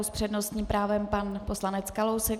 S přednostním právem pan poslanec Kalousek.